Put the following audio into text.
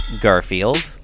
Garfield